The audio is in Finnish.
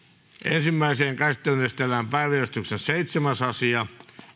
ensimmäiseen käsittelyyn esitellään päiväjärjestyksen seitsemäs asia